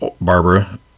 Barbara